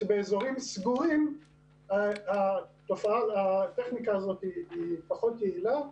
שבאזורים סגורים הטכניקה הזו היא פחות יעילה,